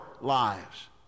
lives